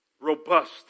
robust